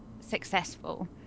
successful